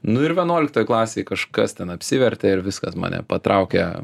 nu ir vienuoliktoj klasėj kažkas ten apsivertė ir viskas mane patraukė